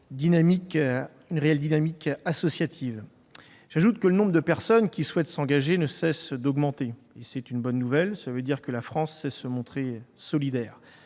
il existe une réelle dynamique associative. J'ajoute que le nombre de personnes souhaitant s'engager ne cesse d'augmenter. C'est une bonne nouvelle : cela veut dire que la France sait se montrer solidaire.